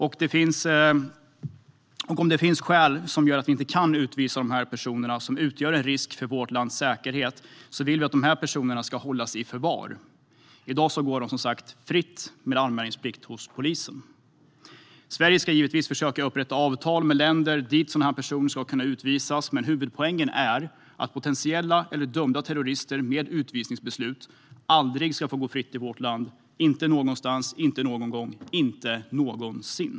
Och om det finns skäl som gör att vi inte kan utvisa personer som utgör en risk för vårt lands säkerhet vill vi att de ska hållas i förvar. I dag går de som sagt fritt i vårt samhälle med anmälningsplikt hos polisen. Sverige ska givetvis försöka upprätta avtal med länder dit dessa personer ska kunna utvisas, men huvudpoängen är att potentiella eller dömda terrorister med utvisningsbeslut aldrig ska få gå fritt i vårt land - inte någonstans, inte någon gång, inte någonsin.